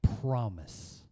promise